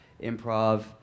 improv